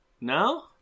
No